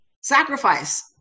sacrifice